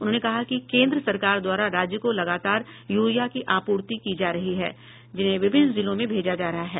उन्होंने कहा कि केन्द्र सरकार द्वारा राज्य को लगातार यूरिया की आपूर्ति की जा रही है जिन्हें विभिन्न जिलों में भेजा जा रहा है